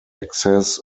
access